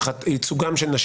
אתם תצטרכו יום אחד לתת דין